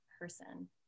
person